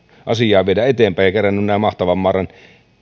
asiaa viedä eteenpäin ja kerännyt näin mahtavan määrän